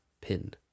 pin